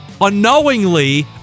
Unknowingly